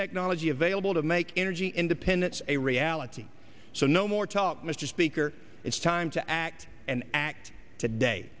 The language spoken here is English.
technology available to make energy independence a reality so no more talk mr speaker it's time to act and act today